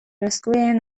eskubideen